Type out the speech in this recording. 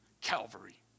Calvary